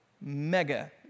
mega